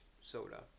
Soda